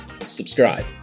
subscribe